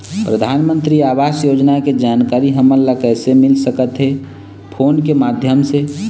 परधानमंतरी आवास योजना के जानकारी हमन ला कइसे मिल सकत हे, फोन के माध्यम से?